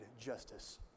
justice